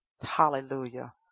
Hallelujah